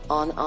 on